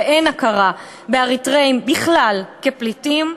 ואין הכרה באריתריאים כפליטים בכלל.